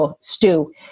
stew